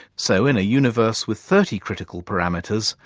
so in a universe with thirty critical parameters,